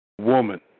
Woman